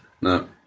no